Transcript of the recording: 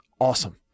awesome